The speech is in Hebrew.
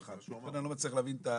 אני לא מצליח להבין את הרציונל.